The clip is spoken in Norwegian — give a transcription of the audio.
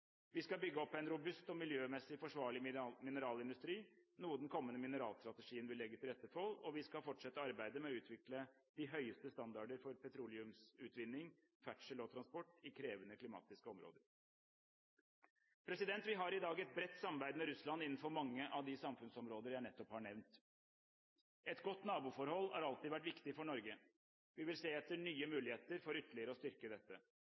Vi skal bygge opp en robust og miljømessig forsvarlig mineralindustri – noe den kommende mineralstrategien vil legge til rette for. Vi skal fortsette arbeidet med å utvikle de høyeste standarder for petroleumsutvinning, ferdsel og transport – i krevende klimatiske områder. Vi har i dag et bredt samarbeid med Russland innenfor mange av de samfunnsområder jeg nettopp har nevnt. Et godt naboforhold har alltid vært viktig for Norge. Vi vil se etter nye muligheter for ytterligere å styrke dette.